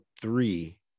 three